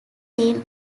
seen